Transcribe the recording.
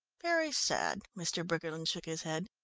very sad, mr. briggerland shook his head.